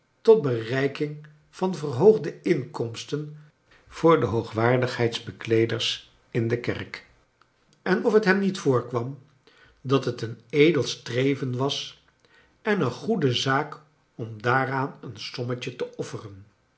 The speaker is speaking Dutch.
tot bereiking van verhoogde inkomsten voor de hoogwaardigheidbekleeders in de kerk en of het hem niet voorkwam dat het eenedel streven was en een goede zaak om daaraan een sommetje te offeren